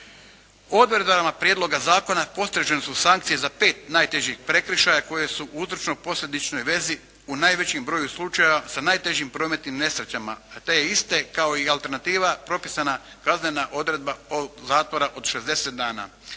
Odredbama prijedloga zakona postrožene su sankcije za pet najtežih prekršaja koje su u uzročno posljedičnoj vezi u najvećem broju slučajeva sa najtežim prometnim nesrećama a to je isto kao i alternativa propisana kaznena odredba zatvora od 60 dana.